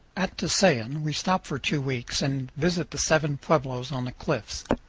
at tusayan we stop for two weeks and visit the seven pueblos on the cliffs.